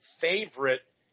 favorite